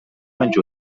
menys